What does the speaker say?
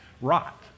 rot